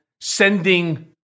sending